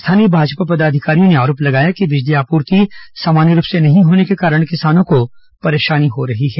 स्थानीय भाजपा पदाधिकारियों ने आरोप लगाया कि बिजली आपूर्ति सामान्य रूप से नहीं होने के कारण किसानों को परेशानी हो रही है